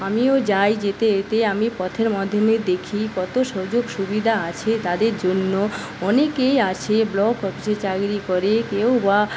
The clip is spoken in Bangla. আমিও যাই যেতে যেতেই আমি পথের মধ্যে নিয়ে দেখি কত সুযোগ সুবিধা আছে তাদের জন্য অনেকে আছে ব্লক অফিসে চাকরি করে কেউ বা